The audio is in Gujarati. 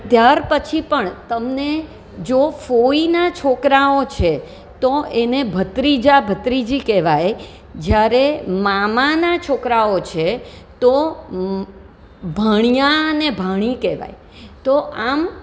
ત્યાર પછી પણ તમને જો ફોઈના છોકરાઓ છે તો એને ભત્રીજા ભત્રીજી કહેવાય જ્યારે મામાના છોકરાઓ છે તો મ ભાણીયા અને ભાણી કહેવાય તો આમ